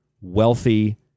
wealthy